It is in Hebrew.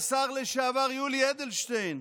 לשר לשעבר יולי אדלשטיין?